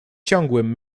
ciągłym